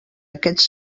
aquests